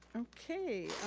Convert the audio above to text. okay,